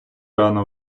рано